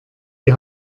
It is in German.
die